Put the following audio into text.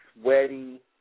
sweaty